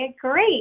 great